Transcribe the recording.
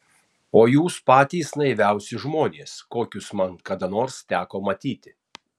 o jūs patys naiviausi žmonės kokius man kada nors teko matyti